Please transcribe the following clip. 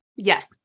yes